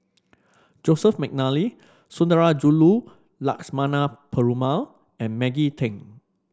Joseph McNally Sundarajulu Lakshmana Perumal and Maggie Teng